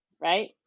right